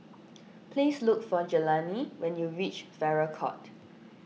please look for Jelani when you reach Farrer Court